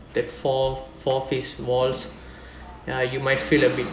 that four four-faced walls ya you might feel a bit